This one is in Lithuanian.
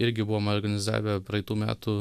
irgi buvom organizavę praeitų metų